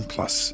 Plus